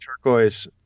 turquoise